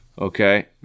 okay